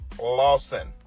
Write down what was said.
Lawson